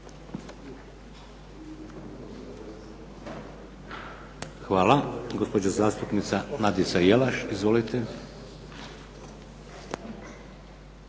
(HDZ)** Hvala. Gospođa zastupnica Nadica Jelaš. Izvolite.